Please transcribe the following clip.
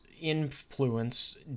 influence